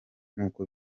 nk’uko